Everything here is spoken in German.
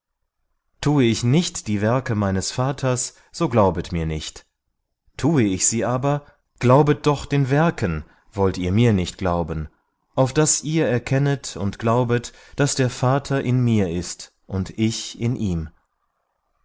tue ich nicht die werke meines vaters so glaubet mir nicht tue ich sie aber glaubet doch den werken wollt ihr mir nicht glauben auf daß ihr erkennet und glaubet daß der vater in mir ist und ich in ihm